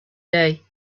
day